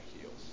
heels